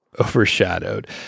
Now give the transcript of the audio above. overshadowed